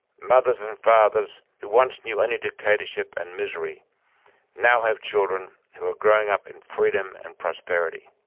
mothers and fathers who once knew only dictatorship and misery now have children who are growing up in freedom and prosperity.